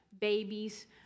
babies